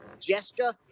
jessica